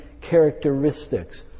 characteristics